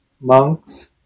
Monks